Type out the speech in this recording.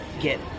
get